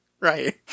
right